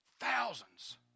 Thousands